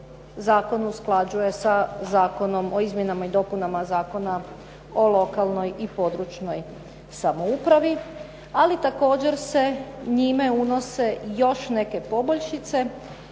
zakon usklađuje sa Zakonom o izmjenama i dopunama Zakona o lokalnoj i područnoj samoupravi. Ali također se njime unose još neke poboljšice